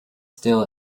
still